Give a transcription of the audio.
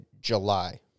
July